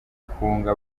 kunga